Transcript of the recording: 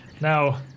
Now